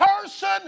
person